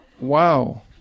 Wow